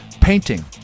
painting